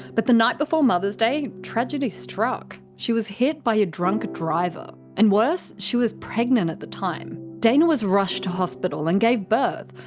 but, the night before mother's day, tragedy struck. she was hit by a drunk driver. and worse she was pregnant at the time. dana was rushed to hospital, and gave birth,